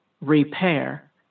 repair